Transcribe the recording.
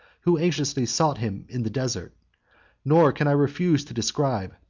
who anxiously sought him in the desert nor can i refuse to describe,